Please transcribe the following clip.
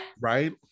right